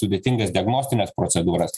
sudėtingas diagnostines procedūras